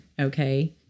okay